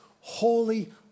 holy